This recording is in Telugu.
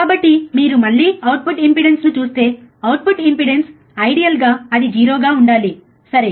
కాబట్టి మీరు మళ్ళీ అవుట్పుట్ ఇంపెడెన్స్ను చూస్తే అవుట్పుట్ ఇంపెడెన్స్ ఐడియల్గా అది 0 గా ఉండాలి సరే